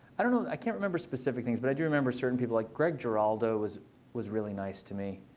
i i can't remember specific things. but i do remember certain people. like greg geraldo was was really nice to me.